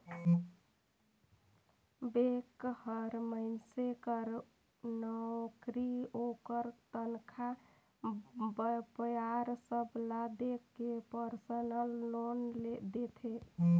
bank हर मइनसे कर नउकरी, ओकर तनखा, बयपार सब ल देख के परसनल लोन देथे